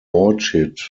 orchid